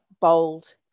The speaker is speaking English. bold